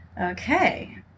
Okay